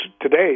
today